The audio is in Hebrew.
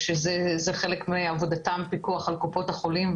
אם זו תיירות מרפא שנעשית בצורה נכונה ומוסיפה עוד תקנים למערכת מבפנים,